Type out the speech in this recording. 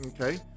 okay